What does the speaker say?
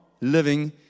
living